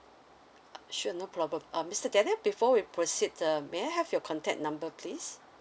uh sure no problem um mister daniel before we proceed um may I have your contact number please